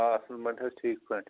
آ اَصٕل پٲٹھۍ حظ ٹھیٖک پٲٹھۍ